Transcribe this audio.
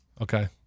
Okay